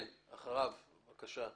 בבקשה.